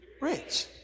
rich